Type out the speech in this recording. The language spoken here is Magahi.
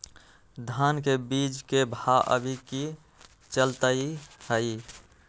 धान के बीज के भाव अभी की चलतई हई?